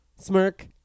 smirk